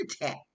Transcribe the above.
attack